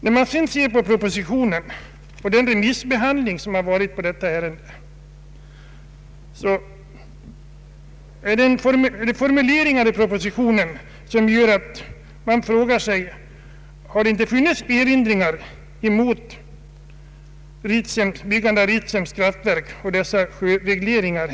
Vissa formuleringar i propositionen, som rör remissbehandlingen av ärendet, föranleder frågan om det inte har funnits några erinringar mot byggandet av Ritsems kraftverk och mot dessa sjö regleringar.